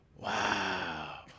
Wow